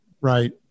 right